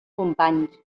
companys